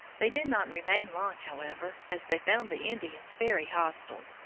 they did not remain long, however, as they found the indians very hostile.